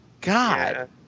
God